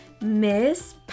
Miss